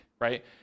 right